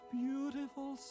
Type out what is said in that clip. beautiful